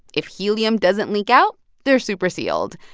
if helium doesn't leak out, they're super sealed.